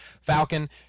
Falcon